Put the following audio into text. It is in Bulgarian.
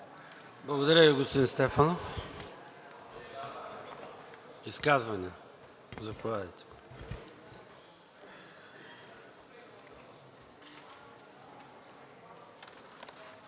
Благодаря Ви, господин Стефанов. Изказвания? Заповядайте.